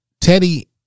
Teddy